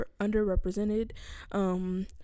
underrepresented